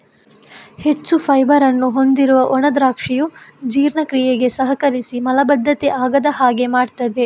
ಹೆಚ್ಚು ಫೈಬರ್ ಅನ್ನು ಹೊಂದಿರುವ ಒಣ ದ್ರಾಕ್ಷಿಯು ಜೀರ್ಣಕ್ರಿಯೆಗೆ ಸಹಕರಿಸಿ ಮಲಬದ್ಧತೆ ಆಗದ ಹಾಗೆ ಮಾಡ್ತದೆ